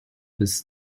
bis